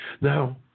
Now